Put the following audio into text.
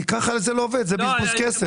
כי ככה זה לא עובד, זה בזבוז כסף.